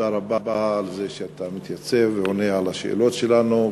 תודה רבה על זה שאתה מתייצב ועונה על השאלות שלנו.